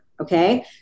Okay